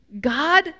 God